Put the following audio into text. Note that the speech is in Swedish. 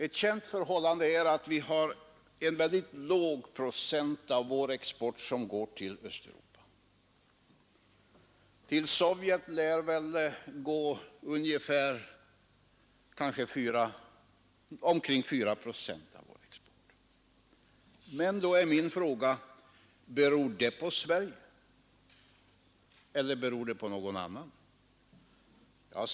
Ett känt förhållande är att en väldigt låg procent av vår export går till Östeuropa. Till Sovjet går väl omkring 4 procent av vår export. Då är min fråga: Beror det på Sverige eller beror det på någon annan?